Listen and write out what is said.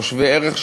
או שווה-ערך שלהם,